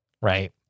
right